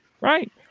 right